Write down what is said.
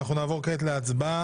אנחנו נעבור כעת להצבעה.